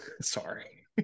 Sorry